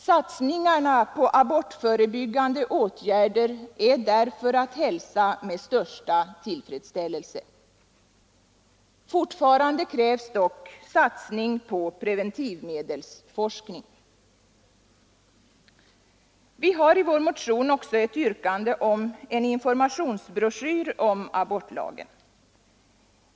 Satsningarna på abortförebyggande åtgärder är därför att hälsa med största tillfredsställelse. Fortfarande krävs dock satsning på preventivmedelsforskning. Vi har i vår motion också ett yrkande om en informationsbroschyr om abortlagen.